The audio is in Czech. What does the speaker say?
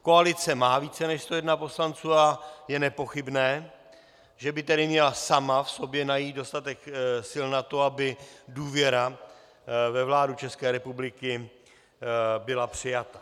Koalice má více než 101 poslanců a je nepochybné, že by tedy měla sama v sobě najít dostatek sil na to, aby důvěra ve vládu České republiky byla přijata.